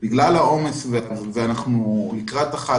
בגלל העומס לקראת החג,